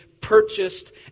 purchased